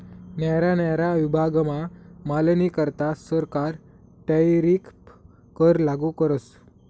न्यारा न्यारा विभागमा मालनीकरता सरकार टैरीफ कर लागू करस